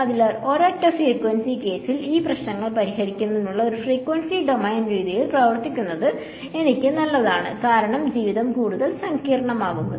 അതിനാൽ ഒരൊറ്റ ഫ്രീക്വൻസി കേസിൽ ഈ പ്രശ്നങ്ങൾ പരിഹരിക്കുന്നതിനുള്ള ഒരു ഫ്രീക്വൻസി ഡൊമെയ്ൻ രീതിയിൽ പ്രവർത്തിക്കുന്നത് എനിക്ക് നല്ലതാണ് കാരണം ജീവിതം കൂടുതൽ സങ്കീർണ്ണമാക്കുന്നത്